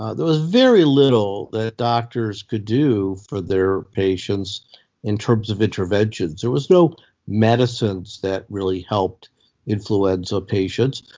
ah there was very little that doctors could do for their patients in terms of interventions. there was no medicines that really helped influenza patients.